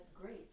great